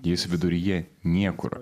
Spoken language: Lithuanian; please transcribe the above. jis viduryje niekur